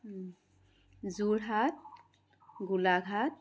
Jorhat Golaghat